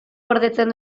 gordetzen